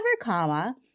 comma